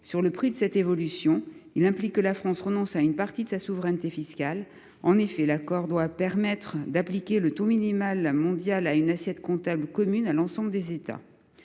sur le prix de cette évolution, qui implique que la France renonce à une partie de sa souveraineté fiscale. En effet, l’accord doit permettre d’appliquer le taux minimal mondial à une assiette comptable commune à l’ensemble des États.